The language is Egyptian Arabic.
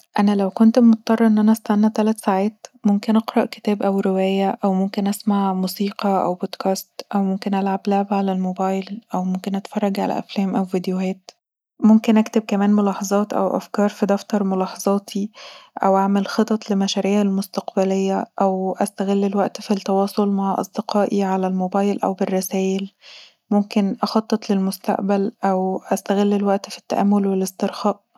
انا لو كنت مضطره ان انا استني تلات ساعات ممكن اقرأ كتاب او رواية او ممكن اسمع موسيقي او بودكاست او ممكن العب لعبة علي الموبايل، او ممكن اتفرج علي افلام او فيديوهات ، ممكن كمان اكتب افكار او ملاحظات في دفتر ملاحظاتي او اعمل خطط لمشاريعي المستقبليه او استغل الوقت في التواصل مع اصدقائي في الموبايل او علي الرسايل ، ممكن اخطط للمستقبل او استغل الوقت في التأمل والاسترخاء